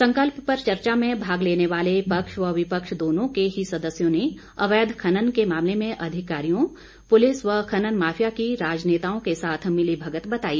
संकल्प पर चर्चा में भाग लेने वाले पक्ष व विपक्ष दोनों के ही सदस्यों ने अवैध खनन के मामले में अधिकारियों पुलिस व खनन माफिया की राजनेताओं के साथ मिलीभगत बताई